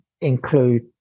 include